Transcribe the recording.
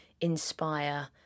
inspire